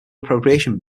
appropriation